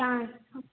ஆ